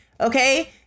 Okay